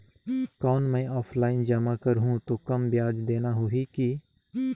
कौन मैं ऑफलाइन जमा करहूं तो कम ब्याज देना होही की?